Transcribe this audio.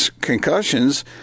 concussions